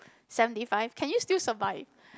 seventy five can you still survive